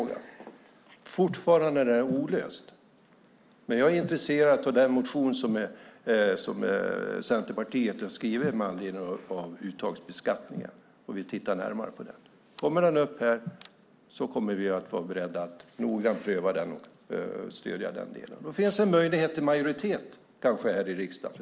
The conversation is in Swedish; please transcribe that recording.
Frågan är fortfarande olöst. Jag är intresserad av den motion som Centerpartiet har skrivit med anledning av uttagsbeskattningen och vill titta närmare på den. Om den kommer upp här är vi beredda att pröva den noga och stödja den. Det kanske finns möjlighet till majoritet i den frågan här i riksdagen.